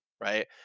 right